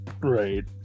Right